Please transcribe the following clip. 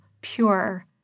pure